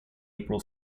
april